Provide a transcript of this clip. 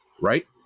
right